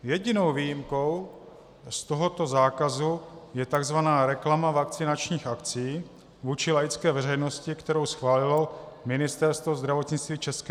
Jedinou výjimkou z tohoto zákazu je tzv. reklama vakcinačních akcí vůči laické veřejnosti, kterou schválilo Ministerstvo zdravotnictví ČR.